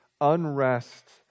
unrest